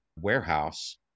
warehouse